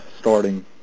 starting